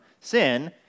sin